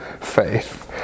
faith